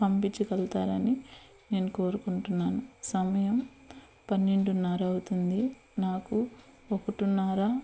పంపించగలతారని నేను కోరుకుంటున్నాను సమయం పన్నెండున్నర అవుతుంది నాకు ఒకటున్నర